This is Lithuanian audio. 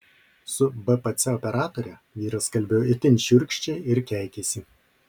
su bpc operatore vyras kalbėjo itin šiurkščiai ir keikėsi